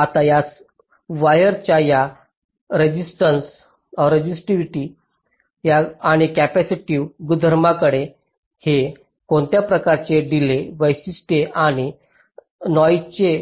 आता या वायर्स च्या या रेसिस्टन्सक आणि कॅपेसिटिव्ह गुणधर्मांमुळे हे कोणत्या प्रकारचे डिलेज वैशिष्ट्ये आणि नॉईसाचे